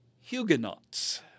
Huguenots